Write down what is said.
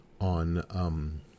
on